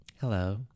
Hello